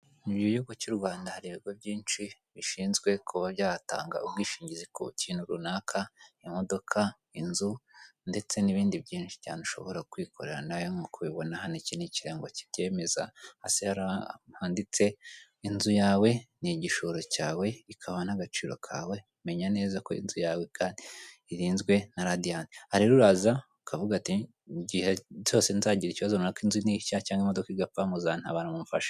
Mu gihugu cy'u Rwanda hari ibigo byinshi bishinzwe kuba byatanga ubwishingizi ku kintu runaka , imodoka, inzu ndetse n'ibindi byinshi cyane ushobora kwikorera nkuko ubibona hano iki ikirango cyibyemeza. Hasi hari ahantu handitse inzu yawe ni igishoro cyawe ikaba n'agaciro kawe menya niba inzu yawe irinzwe na radiyanti. Aha rero uraza ukavu uti igihe cyose nzagira ikibazo runaka, inzu nishya cyangwa imodoka igapfa muzantabara mumfashe.